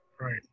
Right